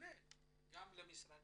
נפנה גם למשרד